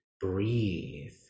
breathe